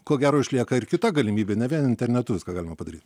ko gero išlieka ir kita galimybė ne vien internetu viską galima padaryti